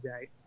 day